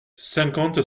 cinquante